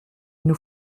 nous